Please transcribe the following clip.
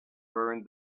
burned